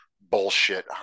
bullshit